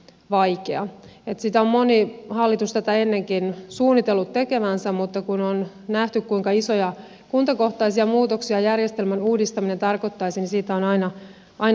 sitä on moni hallitus tätä ennenkin suunnitellut tekevänsä mutta kun on nähty kuinka isoja kuntakohtaisia muutoksia järjestelmän uudistaminen tarkoittaisi niin siitä on aina luovuttu